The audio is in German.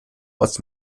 aus